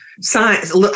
science